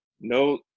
no